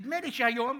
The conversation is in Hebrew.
נדמה לי שהיום,